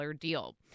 deal